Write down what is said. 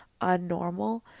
unnormal